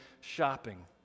shopping